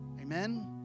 Amen